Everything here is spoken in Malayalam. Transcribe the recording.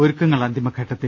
ഒരുക്കങ്ങൾ അന്തിമഘട്ട ത്തിൽ